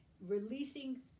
releasing